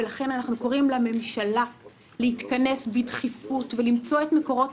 ולכן אנחנו קוראים לממשלה להתכנס בדחיפות ולמצוא את מקורות